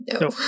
No